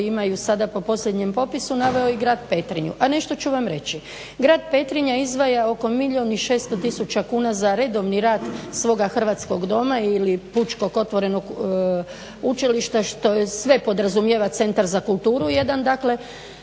imaju sada po posljednjem popisu naveo i grad Petrinju, a nešto ću vam reći. Grad Petrinja izdvaja oko milijun i 600 tisuća kuna za redovni rad svoga Hrvatskog doma ili pučkog otvorenog učilišta što sve podrazumijeva centar za kulturu jedan, zatim